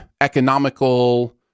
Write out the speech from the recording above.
economical